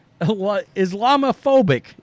Islamophobic